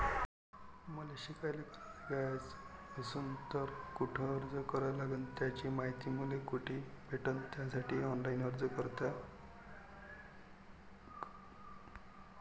मले शिकायले कर्ज घ्याच असन तर कुठ अर्ज करा लागन त्याची मायती मले कुठी भेटन त्यासाठी ऑनलाईन अर्ज करा लागन का?